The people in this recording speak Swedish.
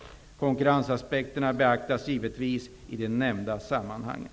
Konkurrensaspekterna beaktas givetvis i de nämnda sammanhangen.